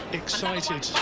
excited